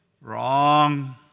Wrong